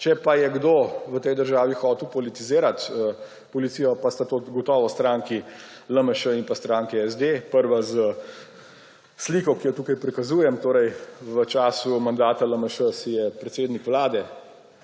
Če pa je kdo v tej državi hotel politizirati policijo, pa sta to gotovo stranki LMŠ in SD, prva s sliko, ki jo tule prikazujem. V času mandata LMŠ si je predsednik Vlade,